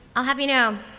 i'll have you know,